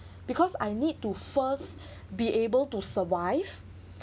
because I need to first be able to survive